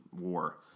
WAR